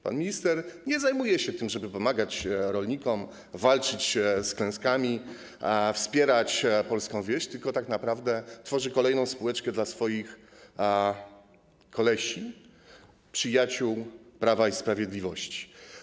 Pan minister nie zajmuje się tym, żeby pomagać rolnikom, walczyć z klęskami, wspierać polską wieś, tylko tak naprawdę tworzy kolejną spółeczkę dla swoich kolesi, przyjaciół Prawa i Sprawiedliwości.